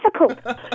Difficult